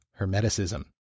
Hermeticism